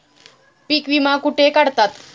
पीक विमा कुठे काढतात?